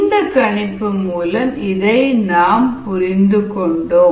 இந்த கணிப்பு மூலம் நாம் இதை புரிந்து கொண்டோம்